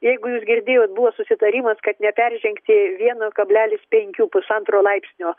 jeigu jūs girdėjot buvo susitarimas kad neperžengti vieno kablelis penkių pusantro laipsnio